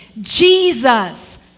Jesus